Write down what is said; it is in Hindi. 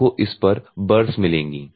आपको इस पर बर्स मिलेंगी